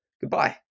goodbye